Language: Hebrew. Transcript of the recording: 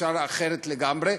אפשר אחרת לגמרי,